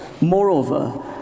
Moreover